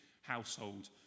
household